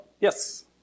yes